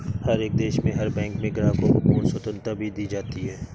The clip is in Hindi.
हर एक देश में हर बैंक में ग्राहकों को पूर्ण स्वतन्त्रता भी दी जाती है